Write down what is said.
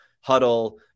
huddle